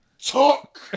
Talk